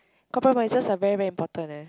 compromises are very very important eh